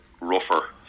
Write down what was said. rougher